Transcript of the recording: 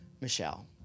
Michelle